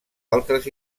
altres